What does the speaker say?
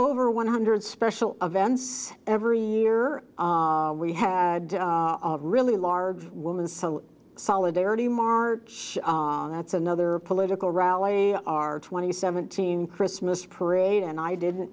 over one hundred special events every year we had a really large woman some solidarity march that's another political rally our twenty seventeen christmas parade and i didn't